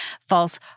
false